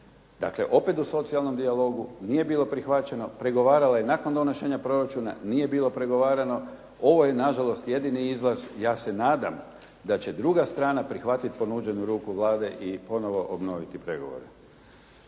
Dakle, opet o socijalnom dijalogu nije bila prihvaćeno, pregovarala je nakon donošenja proračuna, nije bilo pregovarao, ovo je na žalost jedini izlaz. Ja se nadam da će druga strana prihvatiti ponuđenu ruku Vlade i ponovno obnoviti pregovore.